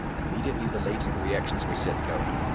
immediately the latent reactions were set going.